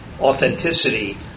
authenticity